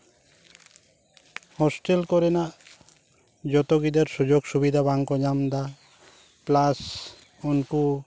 hostel ᱠᱚᱨᱮᱱᱟᱜ ᱡᱚᱛᱚ ᱜᱤᱫᱟᱹᱨ ᱥᱩᱡᱳᱜᱽ ᱥᱩᱵᱤᱫᱟ ᱵᱟᱝᱠᱚ ᱧᱟᱢᱫᱟ ᱯᱞᱟᱥ ᱩᱱᱠᱩ